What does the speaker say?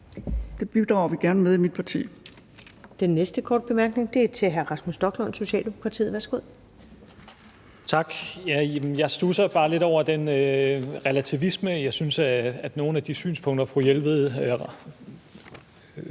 Det bidrager vi gerne til i mit parti.